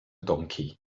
donkey